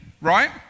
right